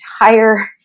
entire